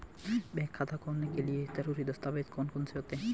Bank खाता खोलने के लिए ज़रूरी दस्तावेज़ कौन कौनसे हैं?